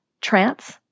trance